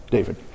David